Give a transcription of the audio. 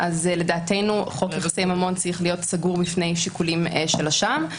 לדעתנו חוק יחסי ממון צריך להיות סגור בפני שיקולים של אשם.